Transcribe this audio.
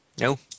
No